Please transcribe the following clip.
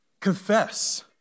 confess